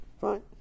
Fine